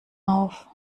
auf